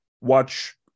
watch